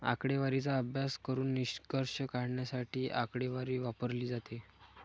आकडेवारीचा अभ्यास करून निष्कर्ष काढण्यासाठी आकडेवारी वापरली जाते